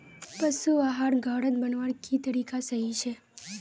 पशु आहार घोरोत बनवार की तरीका सही छे?